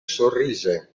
sorrise